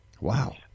wow